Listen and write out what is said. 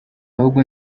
ahubwo